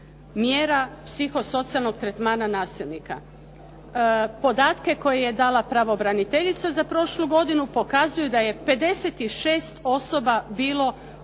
mjera psihosocijalnog tretmana nasilnika. Podatke koje je dala pravobraniteljica za prošlu godinu pokazuju da je 56 osoba bilo